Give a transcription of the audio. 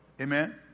Amen